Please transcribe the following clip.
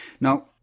Now